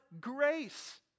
grace